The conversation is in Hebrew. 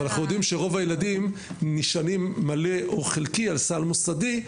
אבל אנחנו יודעים שרוב התלמידים נשענים באופן מלא או חלקי על סל מוסדי,